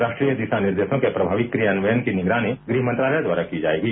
राष्ट्रीय दिशा निर्देशों के प्रभावी क्रियान्वयन की निगरानी गृह मंत्रालय द्वारा की जाएगी